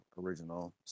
original